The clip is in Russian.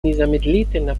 незамедлительно